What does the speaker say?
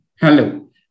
Hello